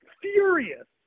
furious